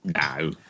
no